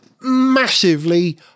massively